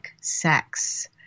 sex